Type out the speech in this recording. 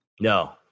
No